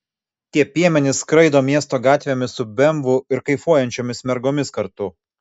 tie piemenys skraido miesto gatvėmis su bemvu ir kaifuojančiomis mergomis kartu